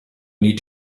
need